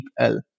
DeepL